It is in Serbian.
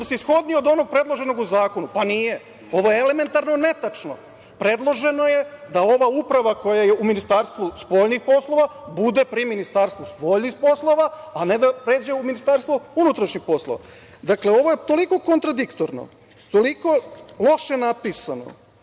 svrsishodnije od onog predloženog u zakonu. Pa nije. Ovo je elementarno netačno. Predloženo je da ova uprava koja je u Ministarstvu spoljnih poslova bude pri Ministarstvu spoljnih poslova, a ne da pređe u Ministarstvo unutrašnjih poslova. Dakle, ovo je toliko kontradiktorno, toliko loše napisano,